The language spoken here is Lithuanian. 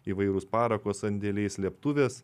įvairūs parako sandėliai slėptuvės